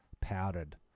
powdered